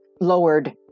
lowered